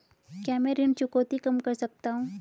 क्या मैं ऋण चुकौती कम कर सकता हूँ?